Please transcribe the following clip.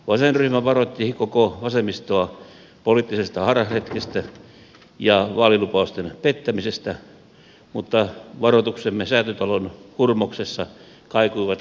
vasenryhmä varoitti koko vasemmistoa poliittisesta harharetkestä ja vaalilupausten pettämisestä mutta varoituksemme säätytalon hurmoksessa kaikuivat kuuroille korville